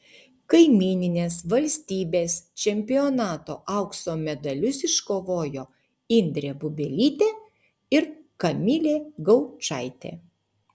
kaimyninės valstybės čempionato aukso medalius iškovojo indrė bubelytė ir kamilė gaučaitė